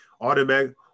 automatic